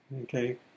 Okay